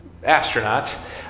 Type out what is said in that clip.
astronauts